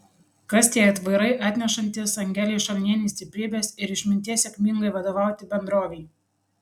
kas tie aitvarai atnešantys angelei šalnienei stiprybės ir išminties sėkmingai vadovauti bendrovei